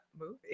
movie